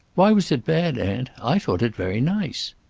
why was it bad, aunt? i thought it very nice.